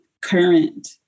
current